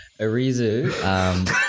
Arizu